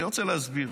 אני רוצה להסביר.